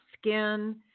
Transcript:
skin